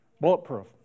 Bulletproof